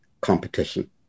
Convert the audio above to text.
competition